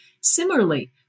Similarly